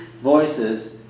voices